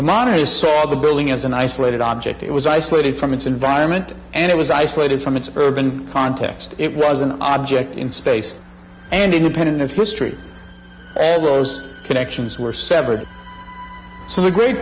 the monitors saw the building as an isolated object it was isolated from its environment and it was isolated from its urban context it was an object in space and independent of the street connections were severed so the gr